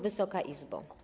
Wysoka Izbo!